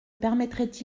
permettrait